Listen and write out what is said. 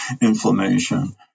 inflammation